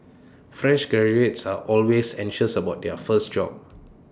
fresh graduates are always anxious about their first job